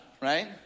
right